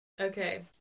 Okay